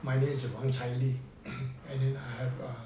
my name is wang cai li and then I have err